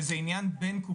וזה עניין בין קופות החולים.